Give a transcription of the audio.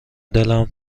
دلم